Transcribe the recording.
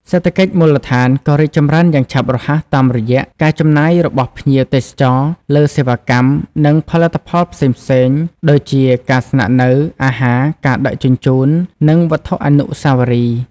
សេដ្ឋកិច្ចមូលដ្ឋានក៏រីកចម្រើនយ៉ាងឆាប់រហ័សតាមរយៈ ការចំណាយរបស់ភ្ញៀវទេសចរ លើសេវាកម្ម និងផលិតផលផ្សេងៗ ដូចជាការស្នាក់នៅ អាហារ ការដឹកជញ្ជូន និងវត្ថុអនុស្សាវរីយ៍។